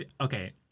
Okay